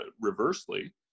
reversely